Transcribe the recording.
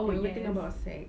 oh you think about sex